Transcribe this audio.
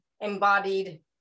embodied